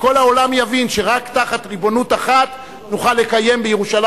שכל העולם יבין שרק תחת ריבונות אחת נוכל לקיים בירושלים